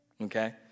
okay